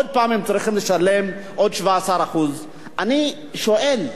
עוד הפעם צריכות לשלם עוד 17%. אני שואל: